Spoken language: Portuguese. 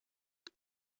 que